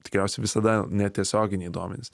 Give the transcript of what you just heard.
tikriausiai visada netiesioginiai duomenys